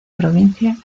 provincia